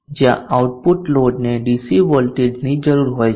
જ્યાં આઉટપુટ લોડને ડીસી વોલ્ટેજની જરૂર હોય છે